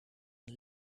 een